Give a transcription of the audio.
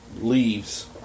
leaves